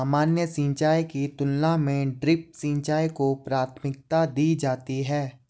सामान्य सिंचाई की तुलना में ड्रिप सिंचाई को प्राथमिकता दी जाती है